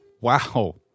Wow